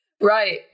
Right